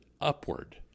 upward